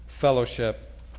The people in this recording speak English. fellowship